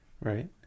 Right